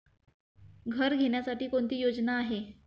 घर घेण्यासाठी कोणती योजना आहे?